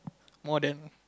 more than